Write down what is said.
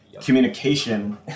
communication